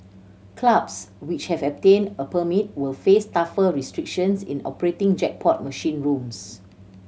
clubs which have obtained a permit will face tougher restrictions in operating jackpot machine rooms